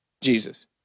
Jesus